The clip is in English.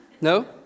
No